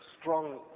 strong